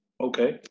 Okay